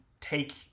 take